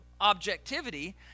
objectivity